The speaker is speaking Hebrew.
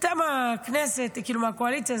אתה מהקואליציה,